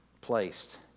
placed